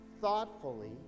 thoughtfully